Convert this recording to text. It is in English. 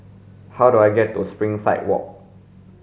how do I get to Springside Walk